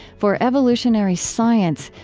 for evolutionary science,